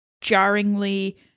jarringly